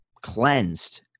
cleansed